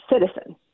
citizen